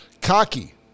Cocky